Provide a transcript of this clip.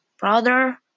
brother